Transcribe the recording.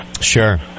Sure